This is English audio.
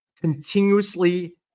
continuously